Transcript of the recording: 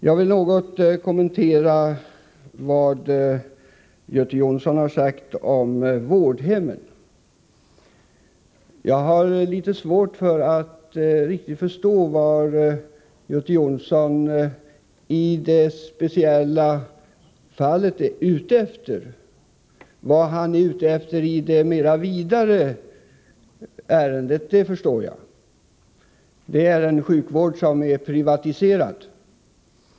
Jag vill något kommentera vad Göte Jonsson har sagt om vårdhem. Jag har litet svårt för att riktigt förstå vad Göte Jonsson är ute efter i det speciella fallet. Vad han är ute efter i det vidare ärendet förstår jag däremot — det är en sjukvård som är privatiserad.